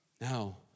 Now